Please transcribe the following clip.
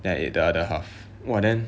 then I ate the other half !wah! then